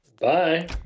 Bye